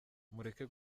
mureke